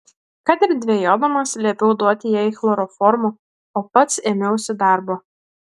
kad ir dvejodamas liepiau duoti jai chloroformo o pats ėmiausi darbo